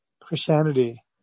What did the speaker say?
Christianity